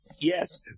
Yes